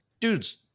dudes